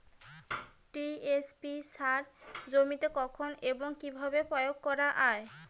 TSP সার জমিতে কখন এবং কিভাবে প্রয়োগ করা য়ায়?